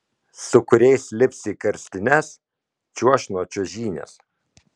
su kuriais lips į karstines čiuoš nuo čiuožynės